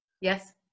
Yes